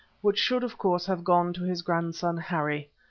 which should of course have gone to his grandson harry.